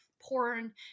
Porn